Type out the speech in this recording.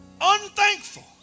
Unthankful